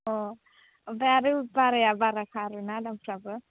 अ ओमफ्राय आरो बाराया बाराखा आरो ना दामफ्राबो